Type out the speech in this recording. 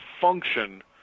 function